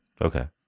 Okay